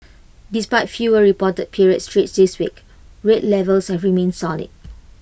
despite fewer reported period trades this week rate levels have remained solid